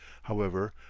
however,